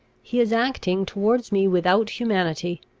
he is acting towards me without humanity,